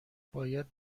باید